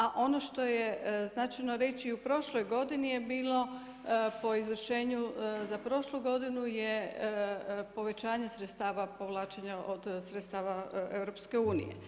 A ono što je značajno reći i u prošloj godini je bilo po izvršenju za prošlu godinu je povećanje sredstava povlačenja od sredstava EU.